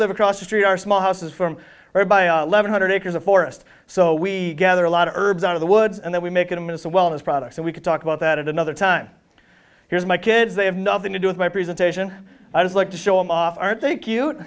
live across the street are small houses from levon hundred acres of forest so we gather a lot of herbs out of the woods and then we make them and so well those products and we can talk about that at another time here's my kids they have nothing to do with my presentation i just like to show them off aren't they cute